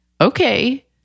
okay